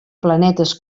planetes